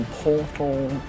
Portal